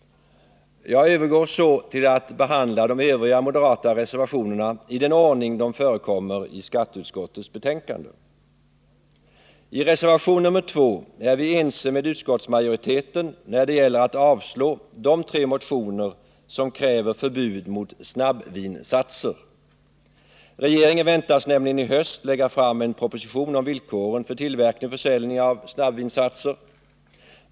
Jag övergår så till att behandla de övriga moderata reservationerna i den ordning de förekommer i skatteutskottets betänkande. I reservation nr 2 är vi ense med utskottsmajoriteten när det gäller att avstyrka de tre motioner som kräver förbud mot snabbvinsatser. Regeringen väntas nämligen i höst lägga fram en proposition om villkoren för tillverkning och försäljning av snabbvinsatser.